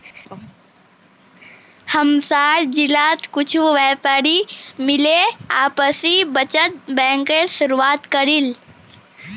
हमसार जिलात कुछु व्यापारी मिले आपसी बचत बैंकेर शुरुआत करील